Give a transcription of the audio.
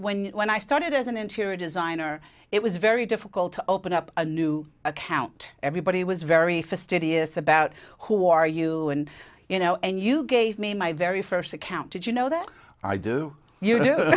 when when i started as an interior designer it was very difficult to open up a new account everybody was very fastidious about who are you and you know and you gave me my very first account did you know that i do you